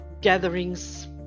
gatherings